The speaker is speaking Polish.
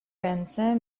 ręce